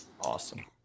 Awesome